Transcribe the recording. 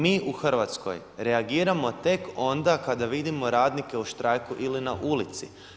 Mi u Hrvatskoj reagiramo tek onda kada vidimo radnike u štrajku ili na ulici.